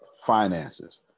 finances